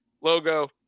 logo